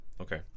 Okay